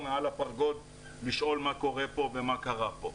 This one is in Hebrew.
מעל הפרגוד לשאול מה קורה פה ומה קרה פה,